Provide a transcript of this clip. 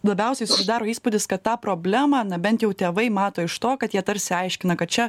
labiausiai susidaro įspūdis kad tą problemą na bent jau tėvai mato iš to kad jie tarsi aiškina kad čia